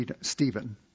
Stephen